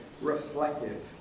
reflective